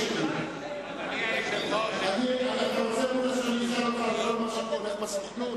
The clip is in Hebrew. שאני אשאל אותך על כל מה שהולך בסוכנות?